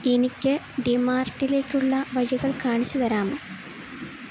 എനിക്ക് ഡിമാർട്ടിലേക്കുള്ള വഴികൾ കാണിച്ചുതരാമോ